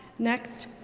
next,